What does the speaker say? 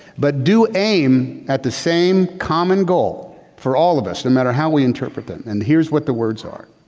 but do aim at the same common goal for all of us no matter how we interpret them. and here's what the words are.